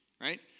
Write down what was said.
right